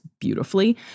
beautifully